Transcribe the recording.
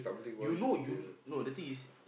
you know you no the thing is